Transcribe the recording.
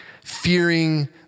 fearing